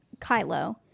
Kylo